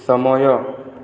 ସମୟ